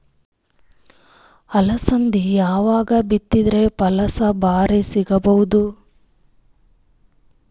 ಅಲಸಂದಿ ಯಾವಾಗ ಬಿತ್ತಿದರ ಫಸಲ ಭಾರಿ ಸಿಗಭೂದು?